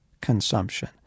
consumption